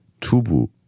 tubu